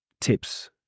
tips